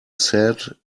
said